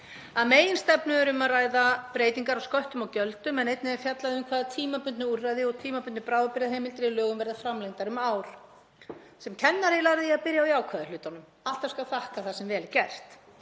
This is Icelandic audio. Að meginstefnu er um að ræða breytingar á sköttum og gjöldum, en einnig er fjallað um hvaða tímabundnu úrræði og tímabundnu bráðabirgðaheimildir í lögum verða framlengdar um ár. Sem kennari lærði ég að byrja á jákvæðu hlutunum. Alltaf skal þakka það sem vel er gert.